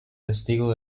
testigo